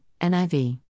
NIV